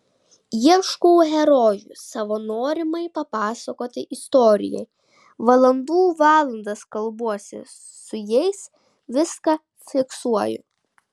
ieškau herojų savo norimai papasakoti istorijai valandų valandas kalbuosi su jais viską fiksuoju